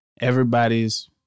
everybody's